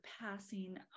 passing